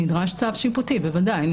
נדרש צו שיפוטי, בוודאי.